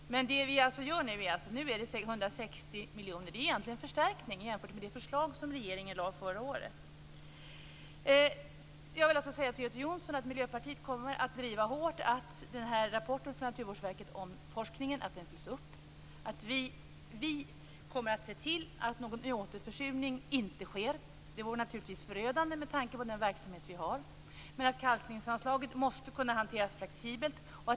Nu är det 160 miljoner. Det är egentligen en förstärkning jämfört med det förslag som regeringen lade fram förra året. Jag vill också säga till Göte Jonsson att Miljöpartiet hårt kommer att driva frågan om att rapporten från Naturvårdsverket om forskningen fylls upp. Vi kommer att se till att någon återförsurning inte sker. Det vore naturligtvis förödande med tanke på den verksamhet vi har. Kalkningsanslaget måste kunna hanteras flexibelt.